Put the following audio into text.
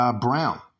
Brown